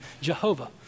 Jehovah